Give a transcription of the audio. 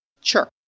Sure